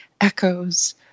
echoes